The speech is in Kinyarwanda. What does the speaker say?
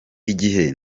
igihe